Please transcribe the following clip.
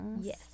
yes